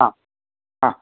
हा हा